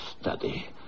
study